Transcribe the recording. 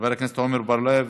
חבר הכנסת עמר בר-לב,